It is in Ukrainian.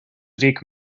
рік